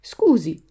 Scusi